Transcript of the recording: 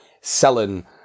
selling